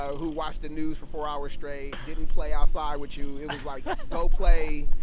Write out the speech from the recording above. ah who watched the news for four hours straight, didn't play outside with you. it was like, go play,